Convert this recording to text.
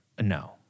No